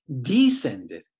descended